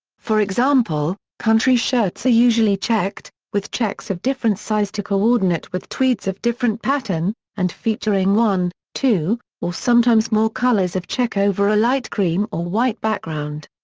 for example, country shirts are usually checked, with checks of different size to co-ordinate with tweeds of different pattern, and featuring one, two, or sometimes more colours of check over a light cream or white background.